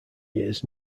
years